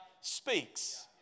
speaks